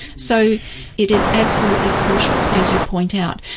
so it is absolutely crucial, as you point out,